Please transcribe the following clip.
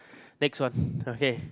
next one okay